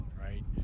right